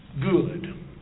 good